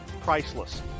priceless